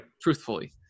truthfully